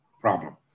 problem